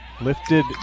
lifted